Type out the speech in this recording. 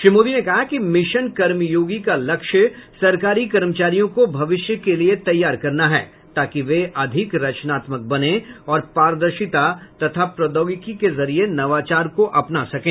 श्री मोदी ने कहा कि मिशन कर्मयोगी का लक्ष्य सरकारी कर्मचारियों को भविष्य के लिए तैयार करना है ताकि वे अधिक रचनात्मक बनें और पारदर्शिता तथा प्रौद्योगिकी के जरिये नवाचार को अपना सकें